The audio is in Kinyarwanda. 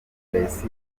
knowless